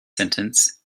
sentence